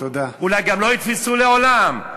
אולי גם לא יתפסו לעולם.